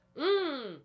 Mmm